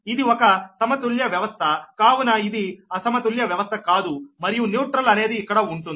ఇది ఒక సమతుల్య వ్యవస్థకావున ఇది అసమతుల్య వ్యవస్థ కాదు మరియు న్యూట్రల్ అనేది ఇక్కడ ఉంటుంది